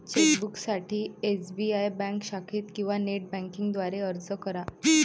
चेकबुकसाठी SBI bank शाखेत किंवा नेट बँकिंग द्वारे अर्ज करा